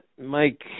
Mike